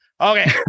Okay